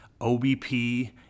OBP